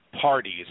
parties